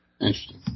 Interesting